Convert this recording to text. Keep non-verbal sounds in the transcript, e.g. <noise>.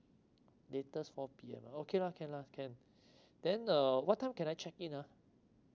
latest four P_M okay lah can lah can <breath> then uh what time can I check in ah